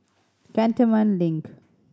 Cantonment Link